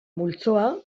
multzoa